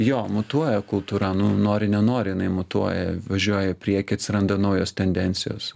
jo mutuoja kultūra nu nori nenori jinai mutuoja važiuoja į priekį atsiranda naujos tendencijos